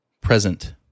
present